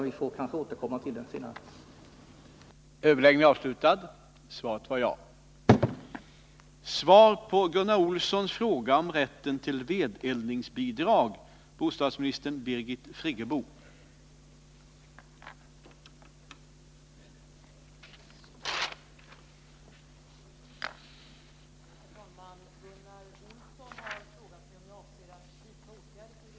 Vi får kanske återkomma till den vid något annat tillfälle.